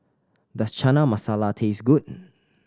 does Chana Masala taste good